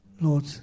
Lord